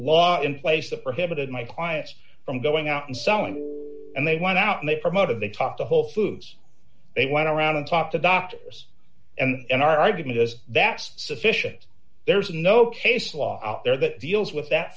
law in place that prohibited my clients from going out and selling and they went out and they promoted they talk to whole foods they went around and talked to doctors and our argument is that's sufficient there's no case law out there that deals with that